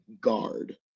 guard